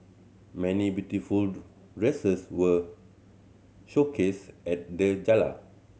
many beautiful dresses were showcased at the gala